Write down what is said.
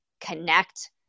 connect